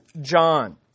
John